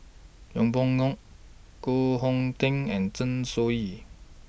Yeng Pway Ngon Koh Hong Teng and Zeng Shouyin